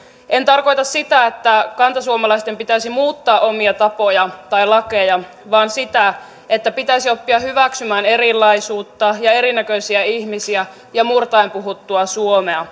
en tarkoita sitä että kantasuomalaisten pitäisi muuttaa omia tapojaan tai lakejaan vaan sitä että pitäisi oppia hyväksymään erilaisuutta ja erinäköisiä ihmisiä ja murtaen puhuttua suomea